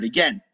Again